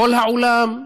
בכל העולם,